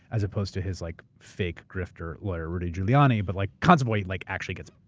as opposed to his like fake drifter lawyer, rudy giuliani, but like consovoy like actually gets.